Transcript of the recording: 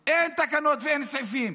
מיליארד אין תקנות ואין סעיפים.